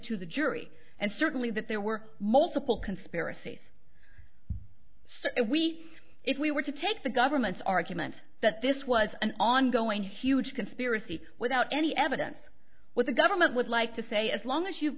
to the jury and certainly that there were multiple conspiracy so if we if we were to take the government's argument that this was an ongoing huge conspiracy without any evidence what the government would like to say as long as you've